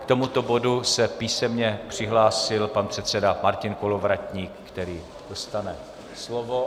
K tomuto bodu se písemně přihlásil pan předseda Martin Kolovratník, který dostane slovo.